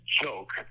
joke